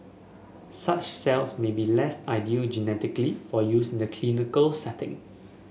such cells might be less ideal genetically for use in the clinical setting